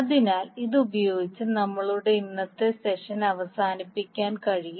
അതിനാൽ ഇതുപയോഗിച്ച് നമ്മളുടെ ഇന്നത്തെ സെഷൻ അവസാനിപ്പിക്കാൻ കഴിയും